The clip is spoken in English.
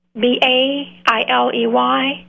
B-A-I-L-E-Y